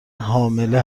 حامله